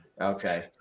Okay